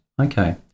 okay